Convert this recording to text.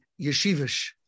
yeshivish